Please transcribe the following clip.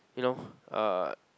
you know uh